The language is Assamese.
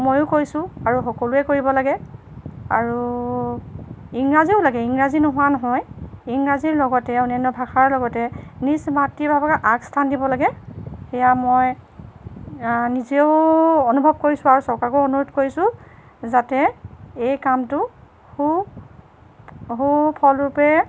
ময়ো কৈছোঁ আৰু সকলোৱে কৰিব লাগে আৰু ইংৰাজীও লাগে ইংৰাজী নোহোৱা নহয় ইংৰাজীৰ লগতে অন্যান্য ভাষাৰ লগতে নিজ মাতৃভাষাক আগস্থান দিব লাগে সেয়া মই নিজেও অনুভৱ কৰিছোঁ আৰু চৰকাৰকো অনুৰোধ কৰিছোঁ যাতে এই কামটো সু সুফলৰূপে